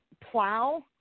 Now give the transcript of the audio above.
plow